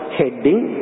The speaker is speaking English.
heading